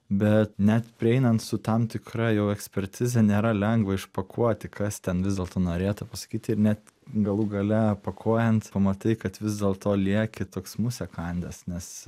bet net prieinant su tam tikra jau ekspertize nėra lengva išpakuoti kas ten vis dėlto norėta pasakyti ir net galų gale pakuojant pamatai kad vis dėlto lieki toks musę kandęs nes